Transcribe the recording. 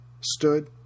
stood